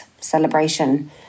celebration